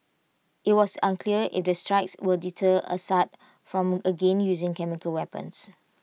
IT was unclear if IT strikes will deter Assad from again using chemical weapons